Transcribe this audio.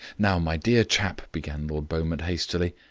now, my dear chap, began lord beaumont hastily.